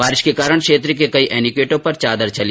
बारिश के कारण क्षेत्र के कई एनिकेटों पर चादर चली